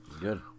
Good